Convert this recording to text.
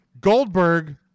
Goldberg